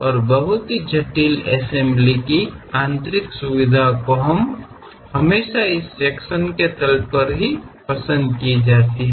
ಮತ್ತು ಬಹಳ ಸಂಕೀರ್ಣವಾದ ಅಸೆಂಬ್ಲಿಗಳ ಈ ಆಂತರಿಕ ವೈಶಿಷ್ಟ್ಯಗಳನ್ನು ಈ ವಿಭಾಗೀಯ ಕ್ಷೇತ್ರಕ್ಕ ಯಾವಾಗಲೂ ಆದ್ಯತೆ ನೀಡಲಾಗುತ್ತದೆ